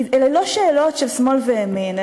כי אלה לא שאלות של שמאל וימין,